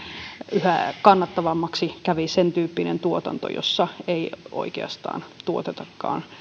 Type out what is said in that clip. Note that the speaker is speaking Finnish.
yhä kannattavammaksi kävi sen tyyppinen tuotanto jossa ei oikeastaan tuotetakaan